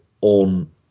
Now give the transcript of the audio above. on